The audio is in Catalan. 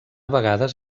vegades